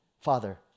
Father